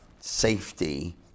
safety